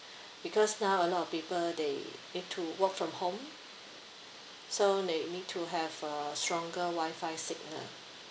because now a lot of people they need to work from home so they need to have a stronger wi-fi signal